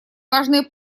важные